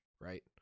Right